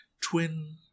twin